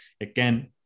Again